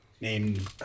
named